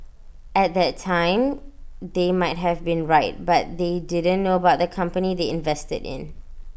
at that time they might have been right but they didn't know about the company they invested in